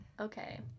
Okay